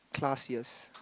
classiest